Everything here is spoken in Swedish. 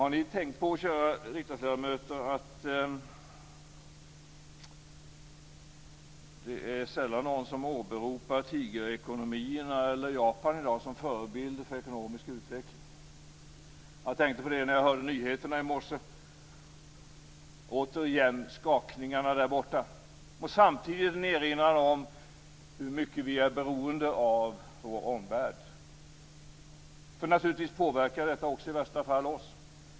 Har ni tänkt på, kära riksdagsledamöter, att det är sällan någon som i dag åberopar tigerekonomierna eller Japan som förebilder för ekonomisk utveckling? Jag tänkte på det när jag hörde nyheterna i morse. Återigen var det skakningar där borta. Samtidigt var det en erinran om hur beroende vi är av vår omvärld. Naturligtvis påverkar detta i värsta fall oss.